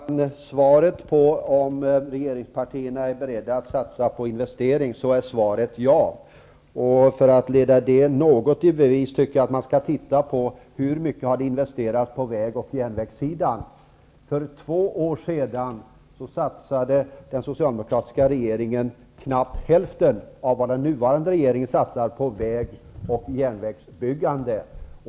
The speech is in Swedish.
Fru talman! Svaret på frågan, om regeringspartierna är beredda att satsa på investering, är ja. För att något leda det i bevis vill jag peka på hur mycket som har investerats på vägoch järnvägssidan. För två år sedan satsade den socialdemokratiska regeringen knappt hälften av vad den nuvarande regeringen satsar på vägoch järnvägsbyggande.